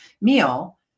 meal